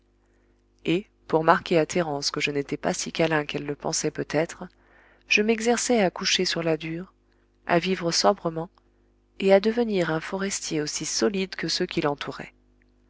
et pour marquer à thérence que je n'étais pas si câlin qu'elle le pensait peut-être je m'exerçais à coucher sur la dure à vivre sobrement et à devenir un forestier aussi solide que ceux qui l'entouraient